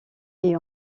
est